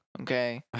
Okay